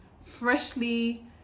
freshly